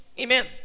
Amen